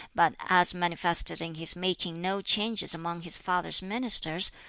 but as manifested in his making no changes among his father's ministers,